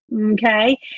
Okay